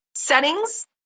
settings